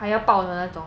还要报呢